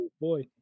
boy